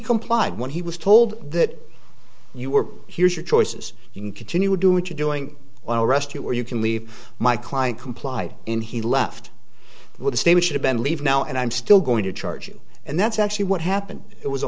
complied when he was told that you were here's your choices you can continue to do it you're doing well rescue or you can leave my client complied and he left with a state which should have been leave now and i'm still going to charge you and that's actually what happened it was a